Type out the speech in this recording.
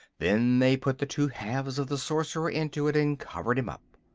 then they put the two halves of the sorcerer into it and covered him up.